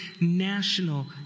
national